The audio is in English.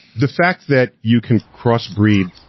the fact that you can cross-breed